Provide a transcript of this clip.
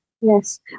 Yes